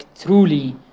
truly